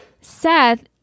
seth